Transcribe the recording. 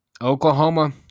Oklahoma